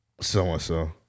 so-and-so